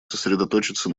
сосредоточиться